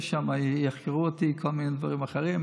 שם יחקרו אותי על כל מיני דברים אחרים.